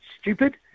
stupid